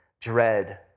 dread